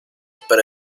pero